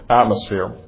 atmosphere